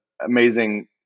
amazing